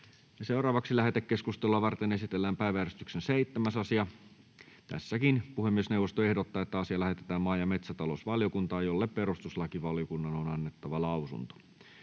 Content: Lähetekeskustelua varten esitellään päiväjärjestyksen 7. asia. Puhemiesneuvosto ehdottaa, että asia lähetetään maa- ja metsätalousvaliokuntaan, jolle perustuslakivaliokunnan on annettava lausunto.